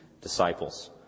disciples